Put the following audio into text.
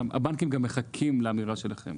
הבנקים גם מחכים לאמירה שלכם.